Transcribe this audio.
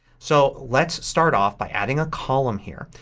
so let's start off by adding a column here.